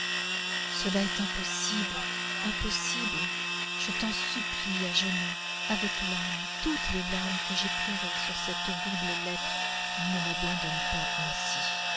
cela est impossible impossible je t'en supplie à genoux avec larmes toutes les larmes que j'ai pleurées sur cette horrible lettre ne m'abandonne pas ainsi